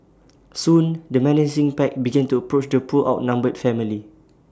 soon the menacing pack began to approach the poor outnumbered family